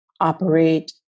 operate